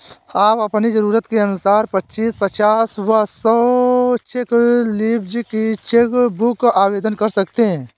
आप अपनी जरूरत के अनुसार पच्चीस, पचास व सौ चेक लीव्ज की चेक बुक आवेदन कर सकते हैं